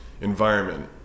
environment